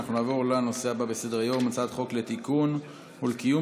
נעבור לנושא הבא בסדר-היום: הצעת חוק לתיקון ולקיום